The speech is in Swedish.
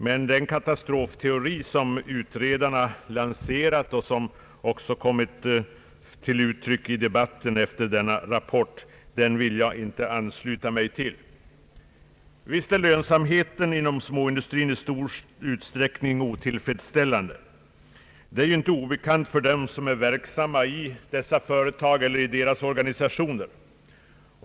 Men den katastrofteori som utredarna lanserat och som även kommit till uttryck i debatten efter denna rapport vill jag inte ansluta mig till. Visst är lönsamheten inom småindustrin i stor utsträckning otillfredsställande — det är inte obekant för dem som är verksamma i dessa företag eller i deras organisationer.